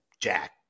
Jack